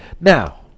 Now